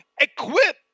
equip